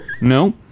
No